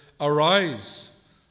arise